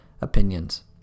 opinions